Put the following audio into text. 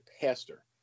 pastor